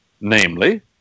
namely